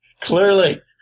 Clearly